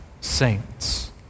saints